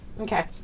Okay